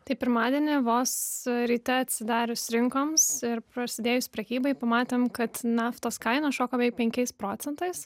tai pirmadienį vos ryte atsidarius rinkoms ir prasidėjus prekybai pamatėm kad naftos kaina šoko beveik penkiais procentais